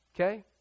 Okay